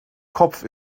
kopf